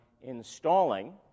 installing